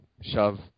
shove